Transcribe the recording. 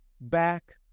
back